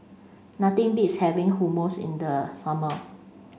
nothing beats having Hummus in the summer